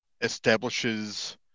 establishes